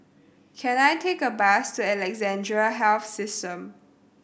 can I take a bus to Alexandra Health System